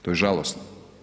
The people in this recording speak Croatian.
To je žalosno.